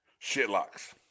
Shitlocks